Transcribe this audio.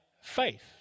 faith